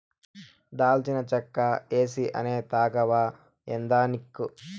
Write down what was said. దాల్చిన చెక్క ఏసీ అనే తాగవా ఏందానిక్కు